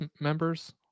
members